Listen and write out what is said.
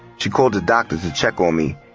she called the doctors to check on me,